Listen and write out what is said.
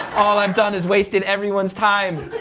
all i've done is wasted everyone's time!